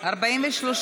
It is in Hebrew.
8, כהצעת הוועדה, נתקבל.